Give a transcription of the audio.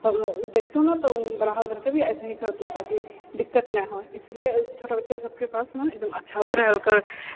तब ने ओ देखतौ ने तऽ बड़ा होकरके ओ भी ऐसा ही करितहु ताकि दिक्कत नहि होए इसलिए छोटा बच्चा सबके पास ने एकदम अच्छासँ रहलकर